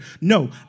No